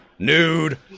Nude